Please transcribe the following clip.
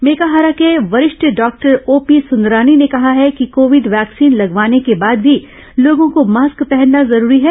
मेकाहारा के वरिष्ठ doctor OP Sundarani ने कहा है कि कोविड वैक्सीन लगवाने के बाद भी लोगों को मास्क पहनना जरूरी है